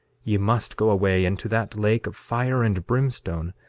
ye must go away into that lake of fire and brimstone,